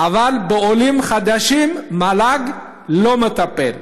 אבל בעולים חדשים מל"ג לא מטפל.